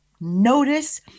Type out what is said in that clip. notice